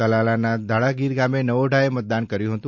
તાલાલાના ધાળાગીર ગામે નવોઢાએ મતદાન કર્યું હતું